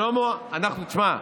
שלמה, תשמע,